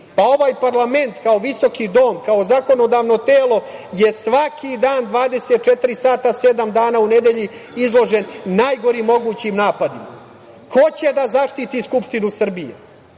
Ovaj parlament kao visoki dom, kao zakonodavno telo je svaki dan 24 sata sedam dana u nedelji izložen najgorim mogućim napadima. Ko će da zaštiti Skupštinu Srbije?